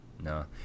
No